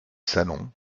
salon